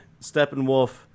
Steppenwolf